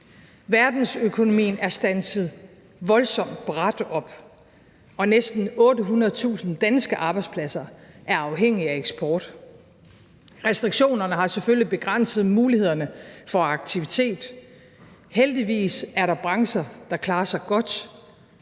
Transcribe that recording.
Verdensøkonomien er standset voldsomt brat op, og næsten 800.000 danske arbejdspladser er afhængige af eksport. Restriktionerne har selvfølgelig begrænset mulighederne for aktivitet. Heldigvis er der brancher, der klarer sig godt,